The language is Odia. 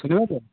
ଠିକ୍ ହେଲା ତ